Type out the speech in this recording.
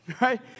right